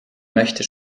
möchte